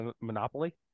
Monopoly